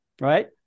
right